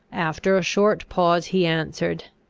after a short pause, he answered,